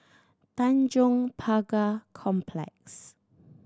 Tanjong Pagar Complex